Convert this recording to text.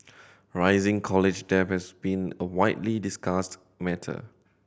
rising college debt has been a widely discussed matter